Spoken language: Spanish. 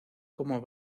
como